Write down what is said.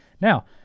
Now